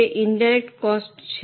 તેથી તે indirect cost છે